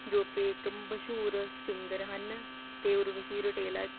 ਜੋ ਕਿ ਇੱਕ ਮਸ਼ਹੂਰ ਸਿੰਗਰ ਹਨ ਅਤੇ ਉਰਵਸ਼ੀ ਰੋਟੇਲਾ